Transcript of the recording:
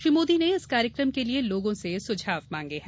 श्री मोदी ने इस कार्यक्रम के लिए लोगों से सुझाव मांगे हैं